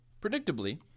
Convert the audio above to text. Predictably